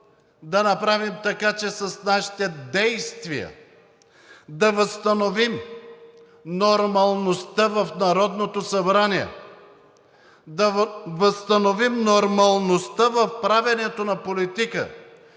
да направим така, че с нашите действия да възстановим нормалността в Народното събрание, да възстановим нормалността в правенето на политика,